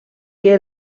que